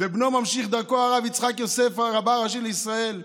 ובנו ממשיך דרכו הרב יצחק יוסף, הרב הראשי לישראל,